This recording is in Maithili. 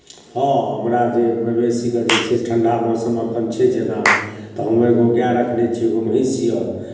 हँ हमरा जे मवेशीके जे छै ठंडा मौसम एखन छै जेना तऽ हम एगो गाय रखने छी एगो भैँसिओ